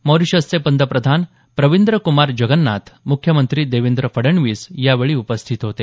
मॉरिशसचे पंतप्रधान प्रविंद कुमार जगन्नाथ मुख्यमंत्री देवेंद्र फडणवीस यावेळी उपस्थित होते